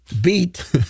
beat